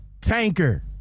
tanker